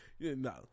no